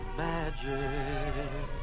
magic